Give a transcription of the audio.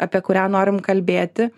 apie kurią norim kalbėti